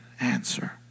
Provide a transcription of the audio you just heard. answer